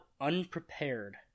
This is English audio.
unprepared